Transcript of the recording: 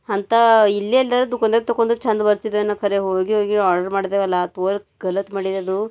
ಅಂತ ಇಲ್ಲೇ ಎಲ್ಲರ ದುಖಾನ್ದಾಗ್ ತೊಗೋಂದ್ರ್ ಛಂದ್ ಬರ್ತಿದ್ವೇನೋ ಖರೆ ಹೋಗಿ ಹೋಗಿ ಆರ್ಡರ್ ಮಾಡಿದೆವಲ್ಲ ಗಲತ್ ಮಾಡಿದದು